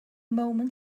moment